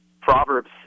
proverbs